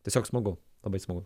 tiesiog smagu labai smagu